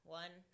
one